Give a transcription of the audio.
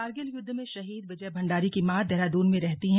कारगिल युद्ध में शहीद विजय भंडारी की मां देहरादून में रहती हैं